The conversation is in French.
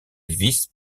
vice